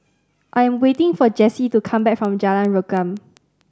I am waiting for Jessi to come back from Jalan Rukam